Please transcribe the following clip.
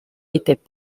étaient